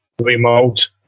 remote